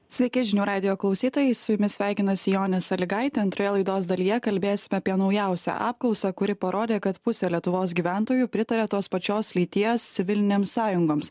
sveiki žinių radijo klausytojai su jumis sveikinasi jonė salygaitė antroje laidos dalyje kalbėsime apie naujausią apklausą kuri parodė kad pusė lietuvos gyventojų pritaria tos pačios lyties civilinėms sąjungoms